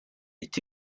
est